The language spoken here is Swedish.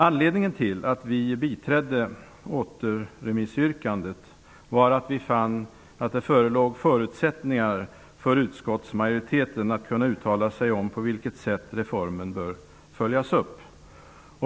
Anledningen till att vi biträdde återremissyrkandet är att vi fann att det förelåg förutsättningar för utskottsmajoriteten att uttala sig om på vilket sätt reformen bör följas upp.